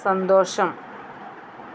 സന്തോഷം